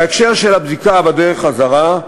בהקשר של הבדיקה בדרך חזרה,